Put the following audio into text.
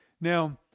Now